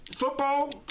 football